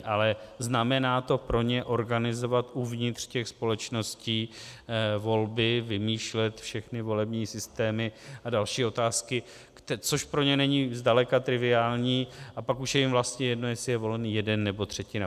Ale znamená to pro ně organizovat uvnitř těch společností volby, vymýšlet všechny volební systémy a další otázky, což pro ně není zdaleka triviální, a pak už je jim vlastně jedno, jestli je volený jeden, nebo třetina.